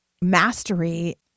mastery